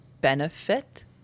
benefit